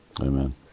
Amen